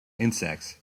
insects